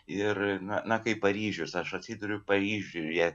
ir na na kaip paryžius aš atsiduriu paryžiuje